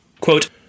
Quote